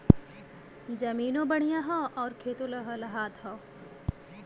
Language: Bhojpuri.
जमीनों बढ़िया हौ आउर खेतो लहलहात हौ